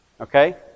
Okay